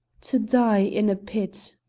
to die in a pit!